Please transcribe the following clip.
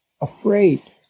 afraid